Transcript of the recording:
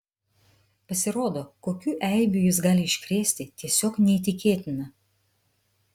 pasirodo kokių eibių jis gali iškrėsti tiesiog neįtikėtina